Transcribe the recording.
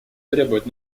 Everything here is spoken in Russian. требуют